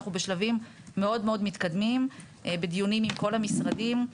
אנחנו בשלים מאוד מתקדמים בדיונים עם כל המשרדים,